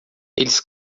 eles